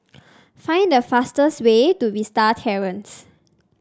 find the fastest way to Vista Terrace